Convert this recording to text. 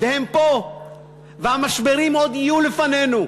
והם פה, והמשברים עוד יהיו לפנינו.